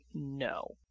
No